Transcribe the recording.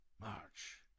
march